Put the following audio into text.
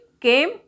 came